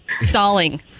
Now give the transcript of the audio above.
stalling